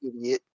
idiot